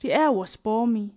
the air was balmy,